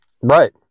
Right